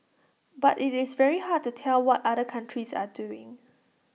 but IT is very hard to tell what other countries are doing